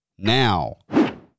Now